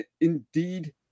indeed